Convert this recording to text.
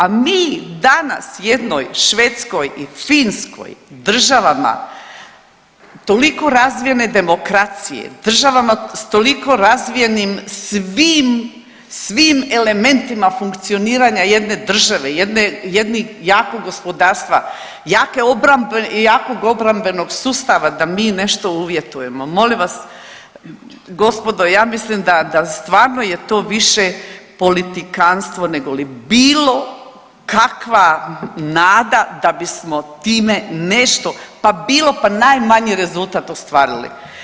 A mi danas jednoj Švedskoj i Finskoj, državama koliko razvijene demokracije, s toliko razvijenim svim, svim elementima funkcioniranja jedne države, jedne, jedni jako gospodarstva, jake .../nerazumljivo/... jakog obrambenog sustava, da mi nešto uvjetujemo, molim vas, gospodo, ja mislim da stvarno je to više politikantstvo nego li bilo kakva nada da bismo time nešto, pa bilo, pa najmanji rezultat ostvarili.